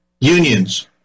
unions